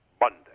Monday